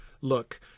look